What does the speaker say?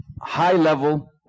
high-level